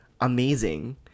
amazing